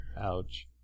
Ouch